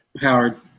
Howard